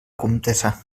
comtessa